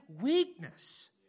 weakness